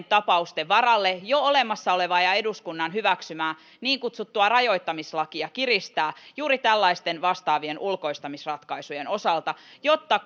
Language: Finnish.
tapausten varalle jo olemassa olevaa ja eduskunnan hyväksymää niin kutsuttua rajoittamislakia kiristää juuri tällaisten vastaavien ulkoistamisratkaisujen osalta jotta